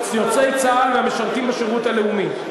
יוצאי צה"ל והמשרתים בשירות הלאומי.